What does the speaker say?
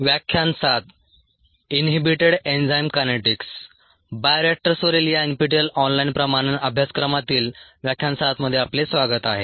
बायोरिएक्टर्सवरील या NPTEL online प्रमाणन अभ्यासक्रमातील व्याख्यान 7 मध्ये आपले स्वागत आहे